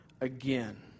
again